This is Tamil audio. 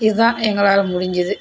இதுதான் எங்களால் முடிஞ்சது